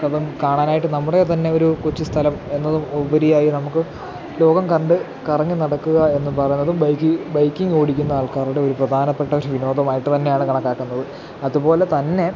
അപ്പം കാണാനായിട്ടു നമ്മുടെ തന്നെ ഒരു കൊച്ചു സ്ഥലം എന്നത് ഉപരിയായി നമുക്ക് ലോകം കണ്ടു കറങ്ങി നടക്കുക എന്നു പറയുന്നതും ബൈക്ക് ബൈക്കിങ്ങ് ഓടിക്കുന്ന ആൾക്കാരുടെ ഒരു പ്രധാനപ്പെട്ടൊരു വിനോദമായിട്ടു തന്നെയാണ് കണക്കാക്കുന്നത് അതുപോലെ തന്നെ